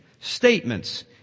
statements